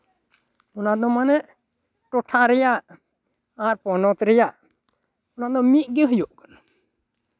ᱚᱱᱟ ᱫᱚ ᱢᱟᱱᱮ ᱴᱚᱴᱷᱟ ᱨᱮᱭᱟᱜ ᱟᱨ ᱯᱚᱱᱚᱛ ᱨᱮᱭᱟᱜ ᱚᱱᱟ ᱫᱚ ᱢᱤᱫᱜᱮ ᱦᱩᱭᱩᱜ ᱠᱟᱱᱟ